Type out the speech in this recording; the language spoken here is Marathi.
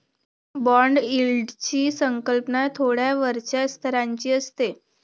बाँड यील्डची संकल्पना थोड्या वरच्या स्तराची असते